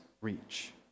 reach